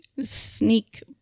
Sneak